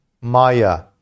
Maya